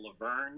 Laverne